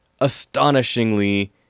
astonishingly